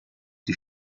die